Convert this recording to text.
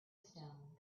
stone